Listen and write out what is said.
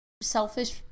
selfish